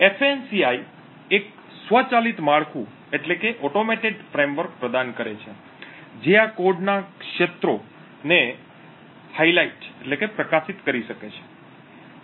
FANCI એક સ્વચાલિત માળખું પ્રદાન કરે છે જે આ કોડના ક્ષેત્રો ને પ્રકાશિત કરી શકે છે